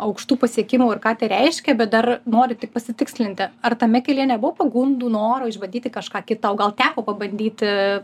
aukštų pasiekimų ir ką tai reiškia bet dar noriu tik pasitikslinti ar tame kelyje nebuvo pagundų noro išbandyti kažką kita o gal teko pabandyti